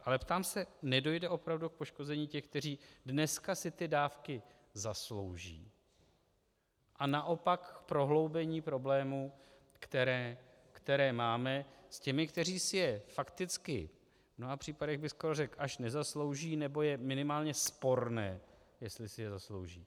Ale ptám se: Nedojde opravdu k poškození těch, kteří dneska si ty dávky zaslouží, a naopak k prohloubení problémů, které máme s těmi, kteří si je fakticky v mnoha případech bych skoro řekl až nezaslouží, nebo je minimálně sporné, jestli si je zaslouží?